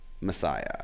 Messiah